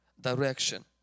direction